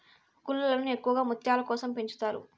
గుల్లలను ఎక్కువగా ముత్యాల కోసం పెంచుతారు